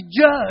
judge